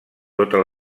totes